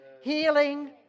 healing